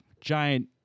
giant